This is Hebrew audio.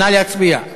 נא להצביע.